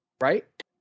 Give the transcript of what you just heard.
Right